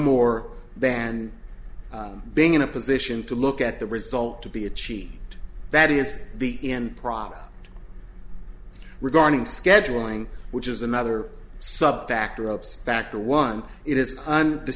more than being in a position to look at the result to be a cheat that is the end product regarding scheduling which is another sub factor ups factor one it is